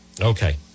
okay